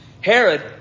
Herod